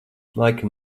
laikam